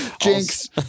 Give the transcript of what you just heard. Jinx